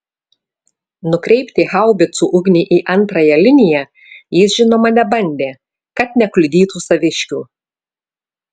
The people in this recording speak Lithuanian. nukreipti haubicų ugnį į antrąją liniją jis žinoma nebandė kad nekliudytų saviškių